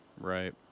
Right